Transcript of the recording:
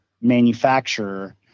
manufacturer